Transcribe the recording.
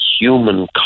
human